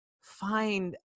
find